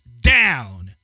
down